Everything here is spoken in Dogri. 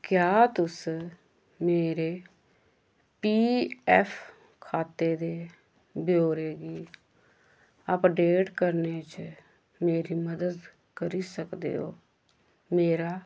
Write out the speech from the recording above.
क्या तुस मेरे पी एफ खाते दे ब्यौरे गी अपडेट करने च मेरी मदद करी सकदे ओ मेरा